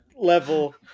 level